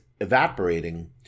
evaporating